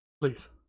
please